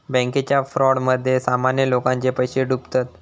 बॅन्केच्या फ्रॉडमध्ये सामान्य लोकांचे पैशे डुबतत